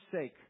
sake